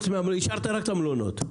השארת רק את המלונות.